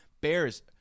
Bears